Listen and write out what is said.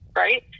right